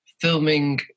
filming